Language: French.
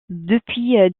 depuis